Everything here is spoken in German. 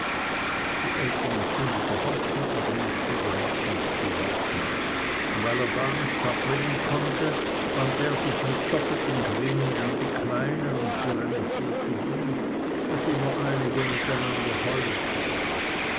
die ältern kinder gehorchten aber nicht sondern machten was sie wollten und weil er da nichts abbringen konnte wandte er sich mit doppeltem grimme an die kleinen und tyrannisierte die daß immer einige mit einander heulten